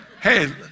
Hey